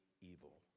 evil